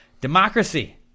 democracy